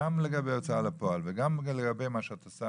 גם לגבי הוצאה לפועל וגם לגבי מה שאת עושה,